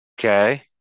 Okay